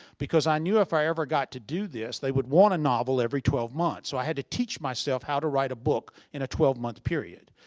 because i knew if i ever got to do this, they would want a novel every twelve months. so i had to teach myself how to write a book in a twelve month period.